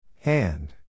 Hand